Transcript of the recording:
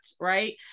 right